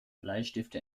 bleistifte